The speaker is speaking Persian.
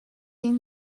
این